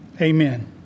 Amen